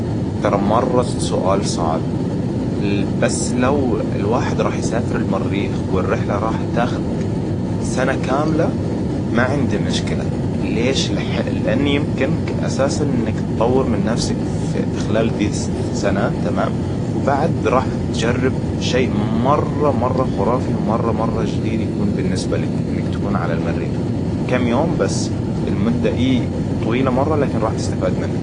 ترى مرة سؤال صعب. بس لو الواحد راح يسافر المريخ والرحلة راح تاخذ سنة كاملة ما عندي مشكلة. ليش؟ لاني يمكنك اساسًا انك تطور من نفسك في خلال سنة. تمام وبعد رح تجرب شي مرة خرافي ومره مره جديد يكون بالنسبة لك انك تكون على المريخ. كم يوم بس المدة ايه طويلة مره لكن راح تستفاد منها